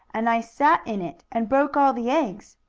and i sat in it and broke all the eggs,